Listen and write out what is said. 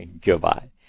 Goodbye